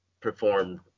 performed